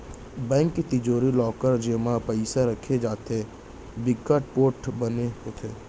bank के तिजोरी, locker जेमा पइसा राखे जाथे बिकट पोठ बने होथे